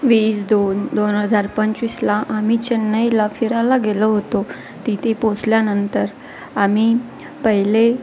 वीस दोन दोन हजार पंचवीसला आम्ही चेन्नईला फिरायला गेलो होतो तिथे पोचल्यानंतर आम्ही पहिले